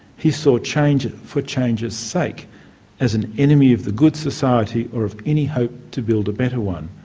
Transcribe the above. he saw change for change's sake as an enemy of the good society or of any hope to build a better one.